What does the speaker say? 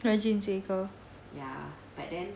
rajin seh kau